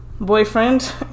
Boyfriend